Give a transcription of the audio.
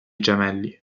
gemelli